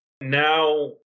Now